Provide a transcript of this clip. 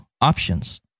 options